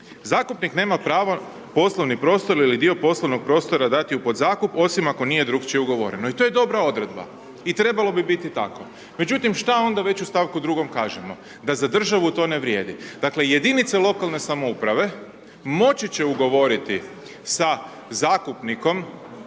zakupnik nema pravo poslovni prostor ili dio poslovnog prostora dati u podzakup, osim ako nije drukčije ugovoreno. I to je dobra odredba. I trebalo bi biti tako. Međutim, šta onda već u st. 2-om kažemo, da za državu to ne vrijedi. Dakle, jedinice lokalne samouprave moći će ugovoriti sa zakupnikom